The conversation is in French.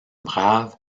brave